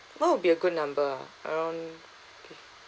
what would be a good number ah around okay